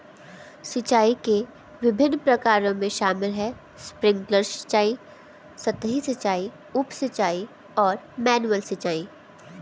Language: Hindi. सिंचाई के विभिन्न प्रकारों में शामिल है स्प्रिंकलर सिंचाई, सतही सिंचाई, उप सिंचाई और मैनुअल सिंचाई